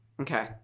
Okay